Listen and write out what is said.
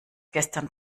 gestern